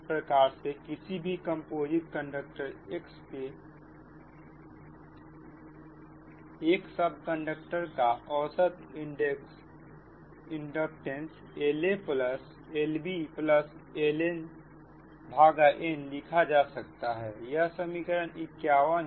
इस प्रकार से किसी भी कंपोजिट कंडक्टर X के एक सब कंडक्टर का औसत इंडक्टेंस La Lb Lnn लिखा जा सकता है यह समीकरण 51 है